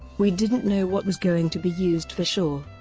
we didn't know what was going to be used for sure.